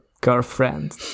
girlfriend